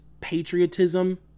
patriotism